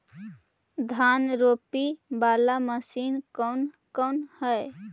धान रोपी बाला मशिन कौन कौन है?